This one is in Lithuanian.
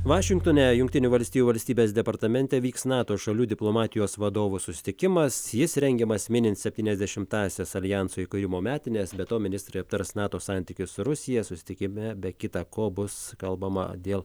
vašingtone jungtinių valstijų valstybės departamente vyks nato šalių diplomatijos vadovų susitikimas jis rengiamas minint septyniasdešimtąsias aljanso įkūrimo metines be to ministrai aptars nato santykius su rusija susitikime be kita ko bus kalbama dėl